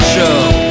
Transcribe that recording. Show